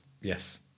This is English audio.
Yes